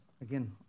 again